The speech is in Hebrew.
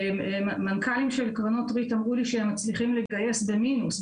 מנכ"לים של קרנות ריט אמרו לי שהם מצליחים לגייס במינוס,